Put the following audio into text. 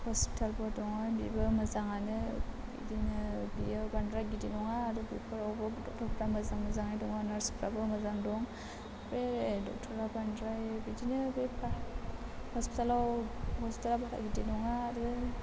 हस्पिटालबो दङ बेबो मोजाङानो बिदिनो बेयो बांद्राय गिदिर नङा आरो बेफोरावबो डक्ट'रफोरा मोजां मोजाङैनो दङ आरो नार्सफोराबो मोजां दं फ्राय डक्ट'रा बांद्राय बिदिनो बे हस्पिटाला बारा गिदिर नङा आरो